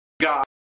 God